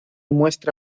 muestra